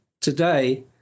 today